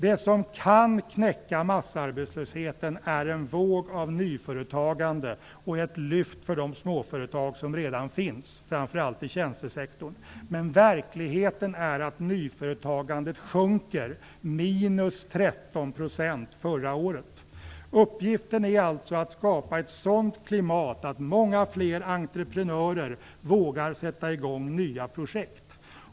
Det som kan knäcka massarbetslösheten är en våg av nyföretagande och ett lyft för de småföretag som redan finns, framför allt i tjänstesektorn. Men verkligheten är att nyföretagandet sjunker - minus 13 % förra året! Uppgiften är alltså att skapa ett sådant klimat att många fler entreprenörer vågar sätta i gång nya projekt.